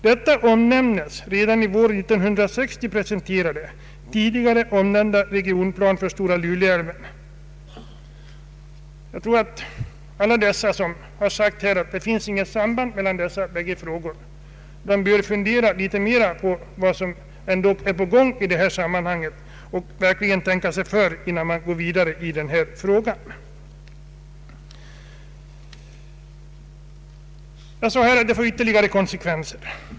Detta omnämnes redan i vår Jag tror att alla de som sagt att det inte finns något samband mellan dessa bägge frågor bör fundera litet mera över vad som ändock är på gång i sammanhanget och verkligen tänka sig för innan denna fråga föres vidare. Jag sade att detta kan få ytterligare konsekvenser.